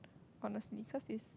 honestly cause it's